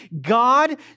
God